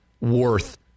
worth